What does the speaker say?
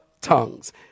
tongues